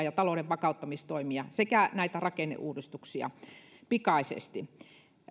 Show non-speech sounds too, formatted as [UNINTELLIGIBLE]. [UNINTELLIGIBLE] ja talouden vakauttamistoimia sekä rakenneuudistuksia pikaisesti